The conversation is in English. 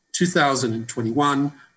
2021